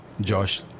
Josh